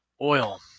oil